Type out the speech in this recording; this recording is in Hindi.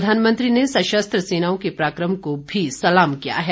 प्रधानमंत्री ने सशस्त्र सेनाओं के पराक्रम को भी सलाम किया है